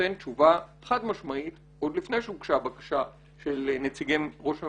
נותן תשובה חד משמעית עוד לפני שהוגשה הבקשה של נציגי ראש הממשלה.